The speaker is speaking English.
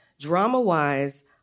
Drama-wise